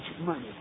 money